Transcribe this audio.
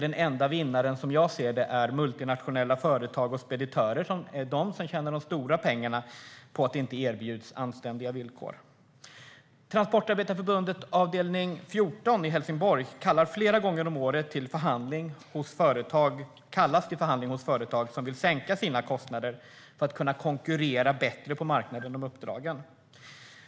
Den enda vinnaren är, som jag ser det, multinationella företag och speditörer, som tjänar de stora pengarna på att det inte erbjuds anständiga villkor. Transportarbetareförbundets avdelning nr 14 i Helsingborg kallas flera gånger om året till förhandling hos företag som vill sänka sina kostnader för att kunna konkurrera bättre på marknaden om uppdragen.